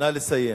נא לסיים.